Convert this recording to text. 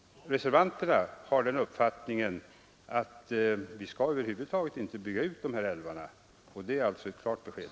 Reservanterna har den uppfattningen att vi över huvud taget inte skall bygga ut de här älvarna, och det är alltså ett klart besked.